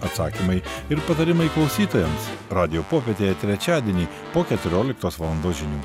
atsakymai ir patarimai klausytojams radijo popietė trečiadienį po keturioliktos valandos žinių